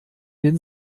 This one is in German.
den